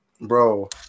Bro